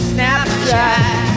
Snapchat